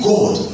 God